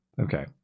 Okay